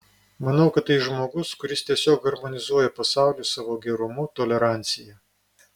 manau kad tai žmogus kuris tiesiog harmonizuoja pasaulį savo gerumu tolerancija